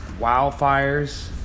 wildfires